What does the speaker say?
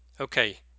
Okay